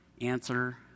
answer